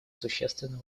существенно